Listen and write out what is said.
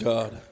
God